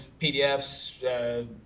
PDFs